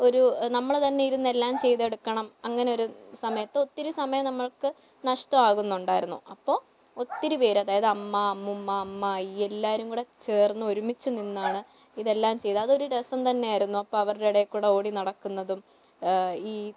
ഒരു നമ്മൾ തന്നെ ഇരുന്ന് എല്ലാം ചെയ്തെടുക്കണം അങ്ങനെയൊരു സമയത്ത് ഒത്തിരി സമയം നമ്മൾക്ക് നഷ്ടമാകുന്നുണ്ടായിരുന്നു അപ്പോൾ ഒത്തിരി പേർ അതായത് അമ്മ അമ്മൂമ്മ അമ്മായി എല്ലാവരും കൂടി ചേർന്ന് ഒരുമിച്ചുനിന്നാണ് ഇതെല്ലാം ചെയ്തത് അതൊരു രസം തന്നെയായിരുന്നു അപ്പം അവരുടെ ഇടയിൽ കൂടി ഓടി നടക്കുന്നതും ഈ